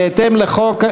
בהתאם לחוק,